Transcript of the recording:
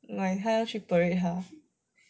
why 她要去 parade 她